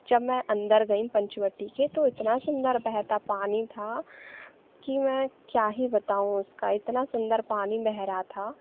जब मैं अंदर गई पंचवटी के तो इतना सुन्दर बहता पानी था कि मैं क्या ही बताऊं उसका इतना सुन्दर पानी बह रहा था